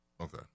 Okay